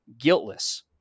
guiltless